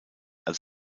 als